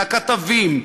לכתבים,